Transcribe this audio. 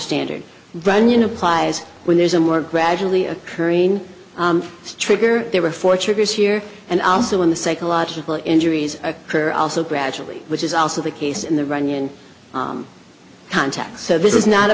standard runyan applies when there's a more gradually occurring trigger there are four triggers here and also in the psychological injuries occur also gradually which is also the case in the runnion context so this is not a